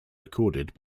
recorded